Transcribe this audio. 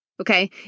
okay